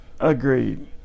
Agreed